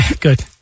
good